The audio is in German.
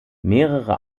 mehrere